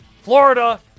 Florida